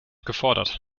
gefordert